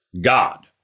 God